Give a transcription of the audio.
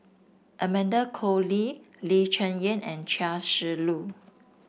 Amanda Koe Lee Lee Cheng Yan and Chia Shi Lu